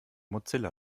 mozilla